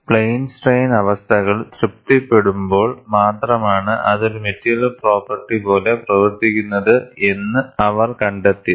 plain strain അവസ്ഥകൾ തൃപ്തിപ്പെടുമ്പോൾ മാത്രമാണ് അത് ഒരു മെറ്റീരിയൽ പ്രോപ്പെർട്ടി പോലെ പ്രവർത്തിക്കുന്നത് എന്ന് അവർ കണ്ടെത്തിയത്